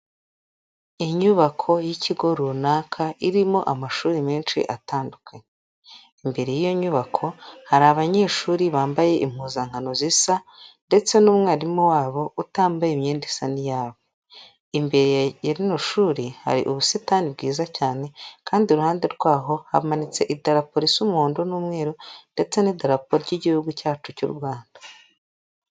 Inyubako y'ikigo runaka irimo amashuri menshi atandukanye, imbere y'iyo nyubako hari abanyeshuri bambaye impuzankano zisa ndetse n'umwarimu wabo utambaye imyenda isa n'iyabo, imbere ya rino shuri hari ubusitani bwiza cyane kandi iruhande rw'aho hamanitse idarapo risa umuhondo n'umweru ndetse n'idarapo ry'igihugu cyacu cy'u Rwanda